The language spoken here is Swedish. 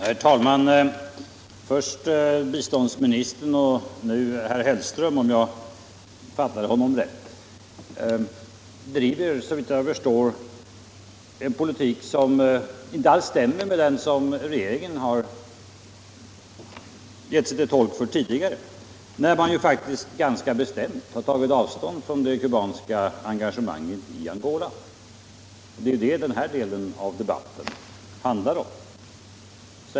Herr talman! Först biståndsministern och nu herr Hellström driver såvitt jag förstår en politik som inte alls stämmer med regeringens. Den har faktiskt ganska bestämt tagit avstånd från det kubanska engagemanget i Angola. Det är det den här delen av debatten handlar om.